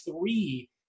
three